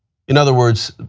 in other words,